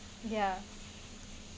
ya